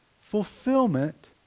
fulfillment